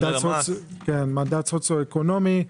מדד סוציו אקונומי.